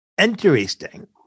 interesting